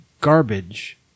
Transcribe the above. garbage